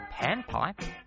panpipe